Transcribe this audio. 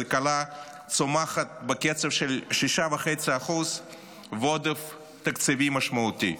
כלכלה צומחת בקצב של 6.5% ועודף תקציבי משמעותי.